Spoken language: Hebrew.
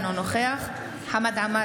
אינו נוכח חמד עמאר,